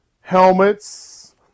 helmets